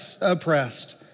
oppressed